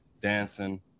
dancing